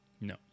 No